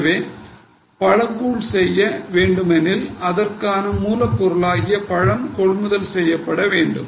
எனவே பழக்கூழ் செய்ய வேண்டுமெனில் அதற்கான மூலப் பொருளாகிய பழம் கொள்முதல் செய்யப்பட வேண்டும்